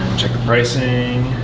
check the pricing,